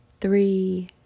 three